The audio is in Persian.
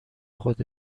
خود